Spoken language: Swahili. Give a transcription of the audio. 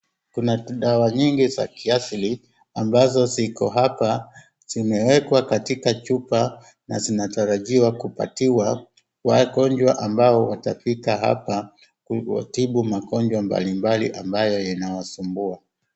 Kuna dawa nyingi za kiasili ambazo ziko hapa. Zimewekwa katika chupa na zinatarajiwa kupatiwa wagonjwa ambao watapita hapa kutibu magonjwa mbalimbali ambayo yanawasumbua.